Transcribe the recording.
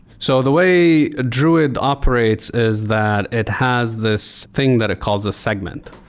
so the way druid operates is that it has this thing that it calls a segment.